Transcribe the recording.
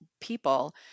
people